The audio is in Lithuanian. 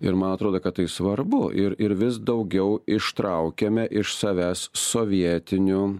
ir man atrodo kad tai svarbu ir ir vis daugiau ištraukiame iš savęs sovietinių